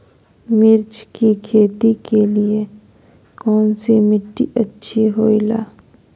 मिर्च की खेती के लिए कौन सी मिट्टी अच्छी होईला?